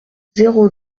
zéro